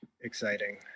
exciting